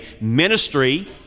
ministry